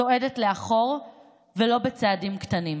צועדת לאחור ולא בצעדים קטנים.